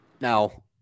Now